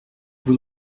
vous